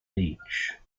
each